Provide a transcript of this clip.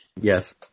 Yes